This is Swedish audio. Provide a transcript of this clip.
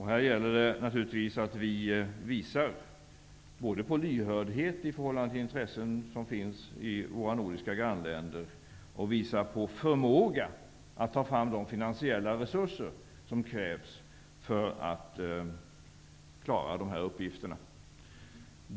Här gäller det naturligtvis att vi visar både lyhördhet för de intressen som finns i våra nordiska grannländer och förmåga att ta fram de finansiella resurser som krävs för att klara dessa uppgifter.